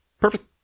Perfect